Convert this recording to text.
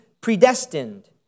predestined